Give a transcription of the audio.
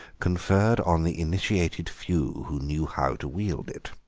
conferred on the initiated few who knew how to wield it.